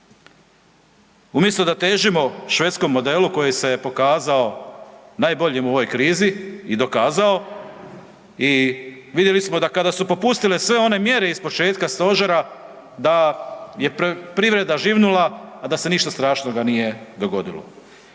Umjesto da težimo švedskom modelu koji se pokazao najboljim u ovoj krizi i dokazao i vidjeli smo da kada su popustile sve one mjere iz početka stožera, da je privreda živnula a da se ništa strašnoga nije dogodilo